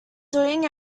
doing